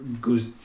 goes